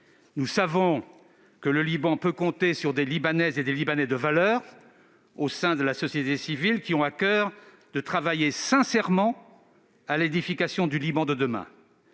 Nous savons que le Liban peut compter sur des Libanaises et des Libanais de valeur, au sein de la société civile, qui ont à coeur de travailler sincèrement à l'édification du Liban de demain.